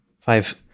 Five